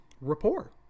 rapport